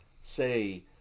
say